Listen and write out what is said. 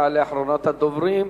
תעלה אחרונת הדוברים,